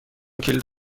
کلید